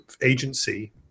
agency